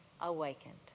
awakened